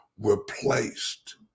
replaced